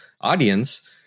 audience